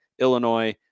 Illinois